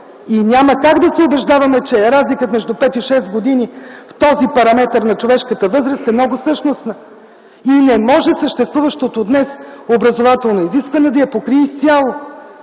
Няма как да се убеждаваме, че разликата между 5 и 6 години в този параметър на човешката възраст е много същностна. Не може съществуващото днес образователно изискване да я покрие изцяло.